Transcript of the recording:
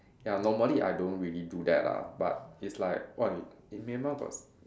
ya normally I don't really do that lah but it's like what in Myanmar got